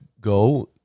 go